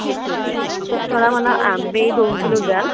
okay okay तेच मला मला आंबे दोन किलो द्याल